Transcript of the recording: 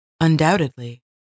Undoubtedly